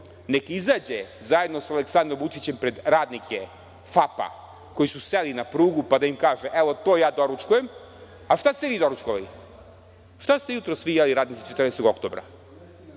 nek izađe zajedno sa Aleksandrom Vučićem pred radnike „FAP-a“ koji su seli na prugu pa da im kaže – evo, to ja doručkujem, a šta ste vi doručkovali? Šta ste vi radnici „14 Oktobra“